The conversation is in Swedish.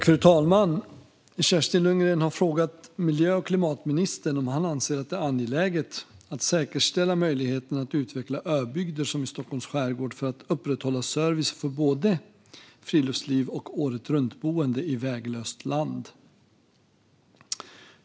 Fru talman! Kerstin Lundgren har frågat miljö och klimatministern om han anser att det är angeläget att säkerställa möjligheterna att utveckla öbygder som i Stockholms skärgård för att upprätthålla service för både friluftsliv och åretruntboende i väglöst land.